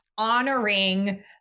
Honoring